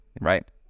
Right